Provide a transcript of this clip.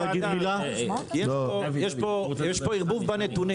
ערבוב בנתונים.